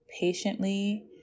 patiently